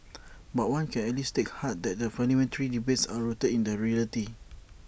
but one can at least take heart that the parliamentary debates are rooted in reality